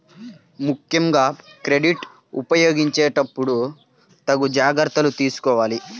ముక్కెంగా క్రెడిట్ ఉపయోగించేటప్పుడు తగు జాగర్తలు తీసుకోవాలి